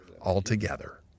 altogether